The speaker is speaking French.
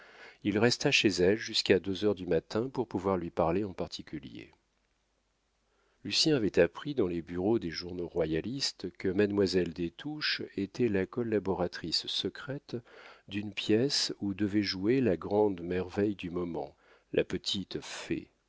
il resta chez elle jusqu'à deux heures du matin pour pouvoir lui parler en particulier lucien avait appris dans les bureaux des journaux royalistes que mademoiselle des touches était la collaboratrice secrète d'une pièce où devait jouer la grande merveille du moment la petite